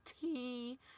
tea